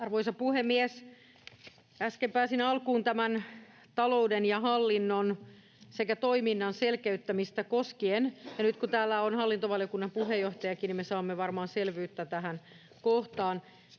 Arvoisa puhemies! Äsken pääsin alkuun koskien tätä talouden ja hallinnon sekä toiminnan selkeyttämistä, ja nyt kun täällä on hallintovaliokunnan puheenjohtajakin, niin me saamme varmaan selvyyttä tähän kohtaan.